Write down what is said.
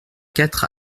quatre